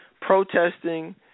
protesting